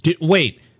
Wait